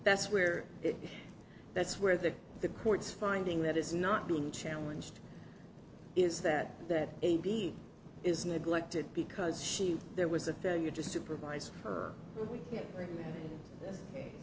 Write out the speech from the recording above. that's where that's where the the courts finding that is not being challenged is that that a b is neglected because she there was a failure just supervis